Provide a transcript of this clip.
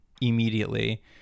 immediately